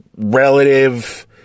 Relative